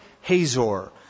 Hazor